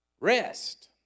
Rest